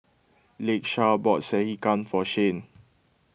Lakesha bought Sekihan for Shane